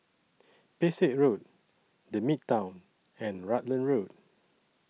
Pesek Road The Midtown and Rutland Road